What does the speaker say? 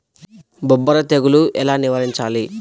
బొబ్బర తెగులు ఎలా నివారించాలి?